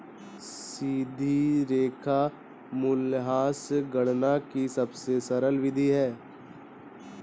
सीधी रेखा मूल्यह्रास गणना की सबसे सरल विधि है